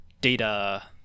data